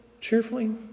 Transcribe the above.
cheerfully